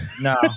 no